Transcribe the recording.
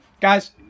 guys